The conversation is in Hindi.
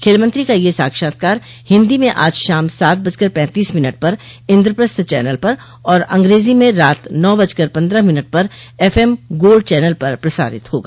खेलमंत्री का यह साक्षात्कार हिन्दी में आज शाम सात बजकर पैंतीस मिनट पर इंद्रप्रस्थ चनल पर और अंग्रेजी में रात नौ बजकर पंद्रह मिनट पर एफ एम गोल्ड चनल पर प्रसारित होगा